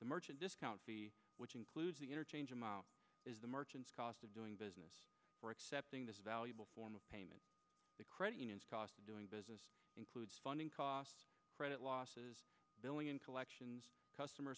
the merchant discount which includes the interchange amount is the merchant's cost of doing business for accepting this valuable form of payment the credit unions cost of doing business includes funding costs credit losses billion collections customer